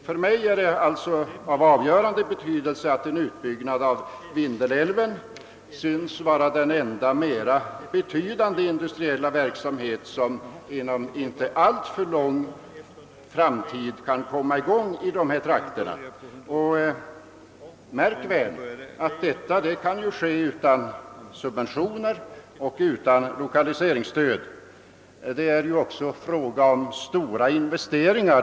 För mig är alltså av avgörande betydelse, att en utbyggnad av Vindelälven synes vara den enda viktiga industriella verksamhet, som inom inte alltför lång framtid kan komma i gång i dessa trakter, och märk väl: detta kan ju ske utan subventioner och utan lokaliseringsstöd! Det är ju också här fråga om stora investeringar.